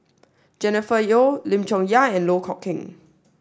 Jennifer Yeo Lim Chong Yah and Loh Kok Heng